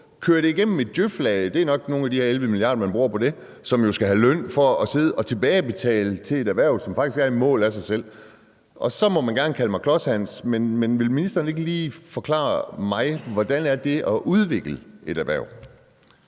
køre det igennem et DJØF-lag – det er nok nogle af de her 11 mia. kr., man bruger på det – som jo skal have løn for at sidde og tilbagebetale til et erhverv, som faktisk er i mål af sig selv? Og så må man gerne kalde mig Klodshans, men vil ministeren ikke lige forklare mig, hvordan det er at udvikle et erhverv?